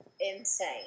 insane